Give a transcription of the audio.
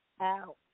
Out